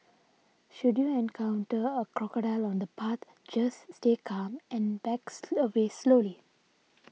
should you encounter a crocodile on the path just stay calm and backs away slowly